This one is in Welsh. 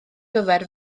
gyfer